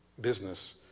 business